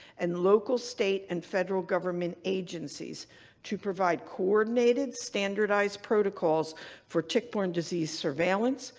and local, state, and federal government agencies to provide coordinated standardized protocols for tick-borne disease surveillance,